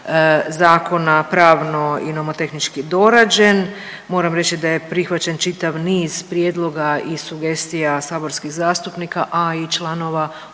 zakona pravno i nomotehnički dorađen, moram reći da je prihvaćen čitav niz prijedloga i sugestija saborskih zastupnika, a i članova